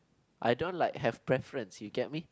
I don't like have preference you get me